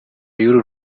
y’uru